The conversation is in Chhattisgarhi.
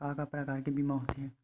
का का प्रकार के बीमा होथे?